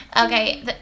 Okay